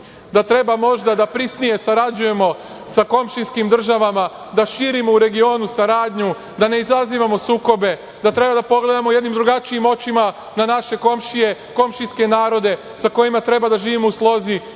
da treba možda da prisnije sarađujemo sa komšijskim državama, da širimo u regionu saradnju, da ne izazivamo sukobe, da treba da pogledamo jednim drugačijim očima na naše komšije, komšijske narode sa kojima treba da živimo u slozi